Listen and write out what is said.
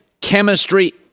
chemistry